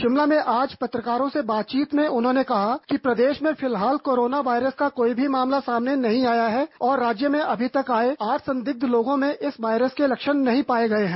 शिमला में आज पत्रकारों से बातचीत में उन्होंने कहा कि प्रदेश में फिलहाल कोरोना वायरस का कोई भी मामला सामने नहीं आया है और राज्य में अभी तक आए आठ संदिग्ध लोगों में इस वायरस के लक्षण नहीं पाए गए हैं